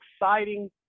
exciting